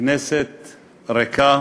כנסת ריקה